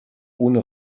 ohne